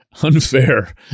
unfair